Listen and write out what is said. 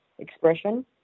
expression